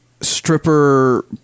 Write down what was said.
stripper